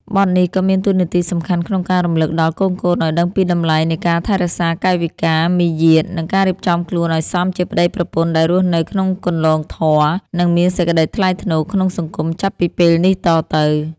បទនេះក៏មានតួនាទីសំខាន់ក្នុងការរំលឹកដល់កូនៗឱ្យដឹងពីតម្លៃនៃការថែរក្សាកាយវិការ មារយាទ និងការរៀបចំខ្លួនឱ្យសមជាប្តីប្រពន្ធដែលរស់នៅក្នុងគន្លងធម៌ និងមានសេចក្តីថ្លៃថ្នូរក្នុងសង្គមចាប់ពីពេលនេះតទៅ។